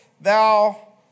thou